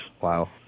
Wow